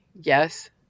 yes